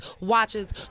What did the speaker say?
watches